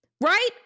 right